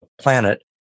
planet